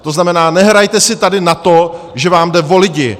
To znamená, nehrajte si tady na to, že vám jde o lidi.